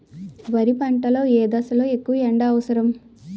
వరి పంట లో ఏ దశ లొ ఎక్కువ ఎండా అవసరం?